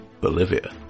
Bolivia